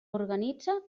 organitza